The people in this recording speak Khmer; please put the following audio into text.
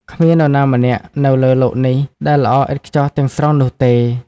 គ្មាននរណាម្នាក់នៅលើលោកនេះដែលល្អឥតខ្ចោះទាំងស្រុងនោះទេ។